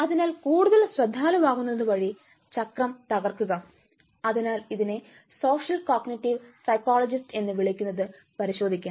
അതിനാൽ കൂടുതൽ ശ്രദ്ധാലുവാകുന്നത്ത് വഴി ചക്രം തകർക്കുക അതിനാൽ ഇതിനെ സോഷ്യൽ കോഗ്നിറ്റീവ് സൈക്കോളജിസ്റ്റ് എന്ന് വിളിക്കുന്നത് പരിശോധിക്കാം